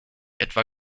etwa